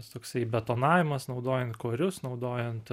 tas toksai įbetonavimas naudojant korius naudojant